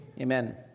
amen